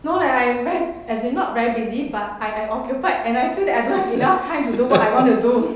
no leh I ver~ as in not very busy but I am occupied and I feel that I don't have enough time to do what I want to do